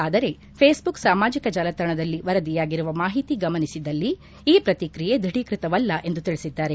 ಆದರೆ ಫೇಸ್ಬುಕ್ ಸಾಮಾಜಿಕ ಜಾಲತಾಣದಲ್ಲಿ ವರದಿಯಾಗಿರುವ ಮಾಹಿತಿ ಗಮನಿಸಿದಲ್ಲಿ ಈ ಪ್ರತಿಕ್ರಿಯೆ ದೃಢೀಕೃತವಲ್ಲ ಎಂದು ತಿಳಿಸಿದ್ದಾರೆ